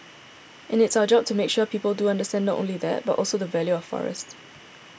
and it's our job to make sure people do understand not only that but also the value of forest